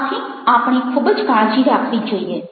આથી આપણે ખૂબ જ કાળજી રાખવી જોઈએ